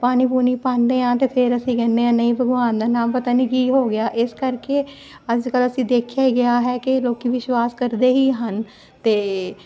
ਪਾਣੀ ਪੂਣੀ ਖਾਂਦੇ ਆ ਤੇ ਫਿਰ ਅਸੀਂ ਕਹਿੰਦੇ ਆ ਨਹੀਂ ਭਗਵਾਨ ਦਾ ਨਾਮ ਪਤਾ ਨਹੀਂ ਕੀ ਹੋ ਗਿਆ ਇਸ ਕਰਕੇ ਅੱਜ ਕੱਲ ਅਸੀਂ ਦੇਖਿਆ ਹੀ ਗਿਆ ਹੈ ਕਿ ਲੋਕੀ ਵਿਸ਼ਵਾਸ ਕਰਦੇ ਹੀ ਹਨ ਤੇ